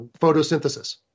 Photosynthesis